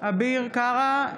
אביר קארה,